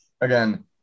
again